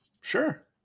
Sure